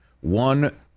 one